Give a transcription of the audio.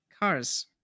Cars